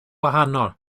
wahanol